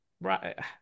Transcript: Right